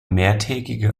mehrtägige